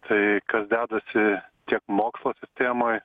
tai kas dedasi tiek mokslo temoj